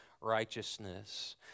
righteousness